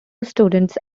students